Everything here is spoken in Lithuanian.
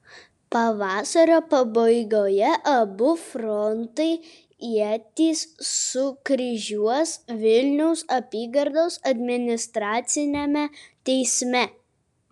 pavasario pabaigoje abu frontai ietis sukryžiuos vilniaus apygardos administraciniame teisme